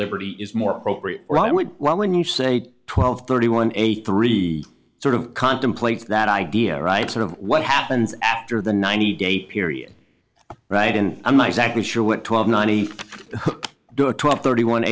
liberty is more appropriate or i would well when you say twelve thirty one eighty three sort of contemplates that idea right sort of what happens after the ninety day period right in a my exactly sure what twelve ninety five do a twelve thirty one